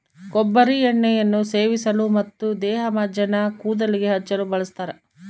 ಕೊಬ್ಬರಿ ಎಣ್ಣೆಯನ್ನು ಸೇವಿಸಲು ಮತ್ತು ದೇಹಮಜ್ಜನ ಕೂದಲಿಗೆ ಹಚ್ಚಲು ಬಳಸ್ತಾರ